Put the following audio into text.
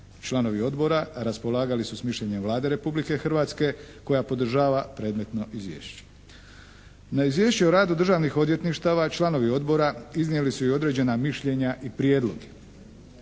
Članovi Odbora raspolagali su s mišljenjem Vlade Republike Hrvatske koja podržava predmetno izvješće. Na Izvješće o radu državnih odvjetništava članovi Odbora iznijeli su i određena mišljenja i prijedloge.